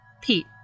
Pete